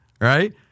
right